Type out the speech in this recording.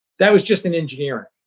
that was just in engineering.